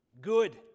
Good